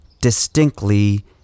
Distinctly